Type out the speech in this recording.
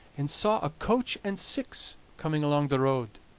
and saw a coach-and-six coming along the road.